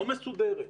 לא מסודרת,